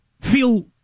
feel